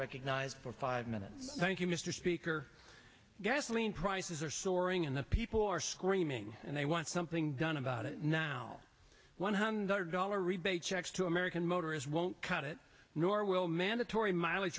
recognized for five minutes thank you mr speaker gasoline prices are soaring and the people are screaming and they want something done about it now one hundred dollars rebate checks to american motors won't cut it nor will mandatory mileage